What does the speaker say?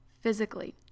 physically